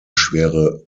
schwere